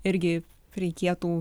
irgi reikėtų